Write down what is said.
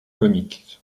comics